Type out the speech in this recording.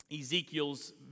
Ezekiel's